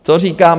Co říkám?